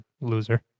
loser